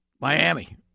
Miami